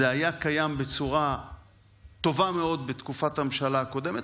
זה היה קיים בצורה טובה מאוד בתקופת הממשלה הקודמת,